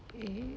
eh